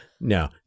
No